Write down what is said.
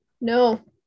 no